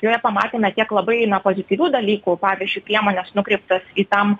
joje pamatėme tiek labai na pozityvių dalykų pavyzdžiui priemones nukreiptas į tam